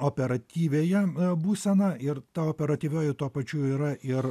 operatyviąją būseną ir ta operatyvioji tuo pačiu yra ir